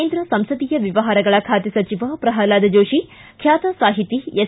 ಕೇಂದ್ರ ಸಂಸದೀಯ ವ್ಯವಹಾರಗಳ ಖಾತೆ ಸಚಿವ ಪ್ರಲ್ನಾದ ಜೋಶಿ ಖ್ಯಾತ ಸಾಹಿತಿ ಎಸ್